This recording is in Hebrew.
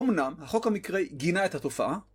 אמנם, החוק המקראי גינה את התופעה.